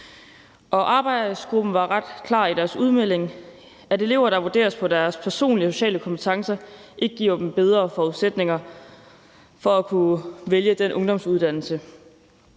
Og arbejdsgruppen var ret klar i deres udmelding, i forhold til at elever, der vurderes på deres personlige og sociale kompetencer, ikke får bedre forudsætninger for at kunne vælge en ungdomsuddannelse,